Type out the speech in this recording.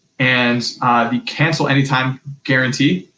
and the cancel anytime guarantee.